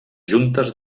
juntes